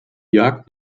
jagd